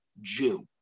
Jew